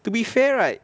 to be fair right